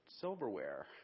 silverware